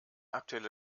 aktuelle